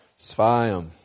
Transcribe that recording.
Svayam